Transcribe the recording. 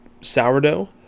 sourdough